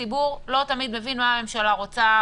הציבור לא תמיד מבין מה הממשלה רוצה,